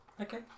Okay